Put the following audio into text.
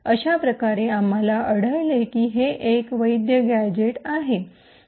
अशाप्रकारे आम्हाला आढळले की हे एक वैध गॅझेट आहे